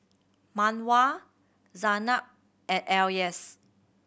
Mawar Zaynab and Elyas